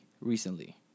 recently